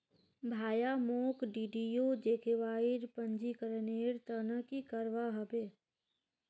भाया, मोक डीडीयू जीकेवाईर पंजीकरनेर त न की करवा ह बे